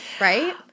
right